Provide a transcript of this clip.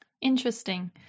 Interesting